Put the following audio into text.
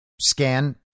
scan